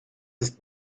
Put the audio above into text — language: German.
ist